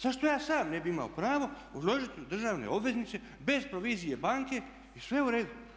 Zašto ja sam ne bih imao pravo uložiti u državne obveznice bez provizije banke i sve je u redu.